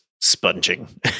sponging